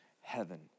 heaven